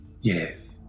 Yes